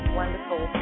wonderful